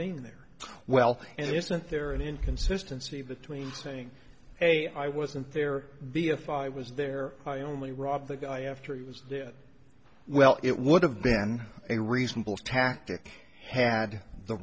being there well isn't there an inconsistency between saying hey i wasn't there b if i was there i only rob the guy after he was there well it would have been a reasonable tactic had the